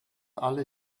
alle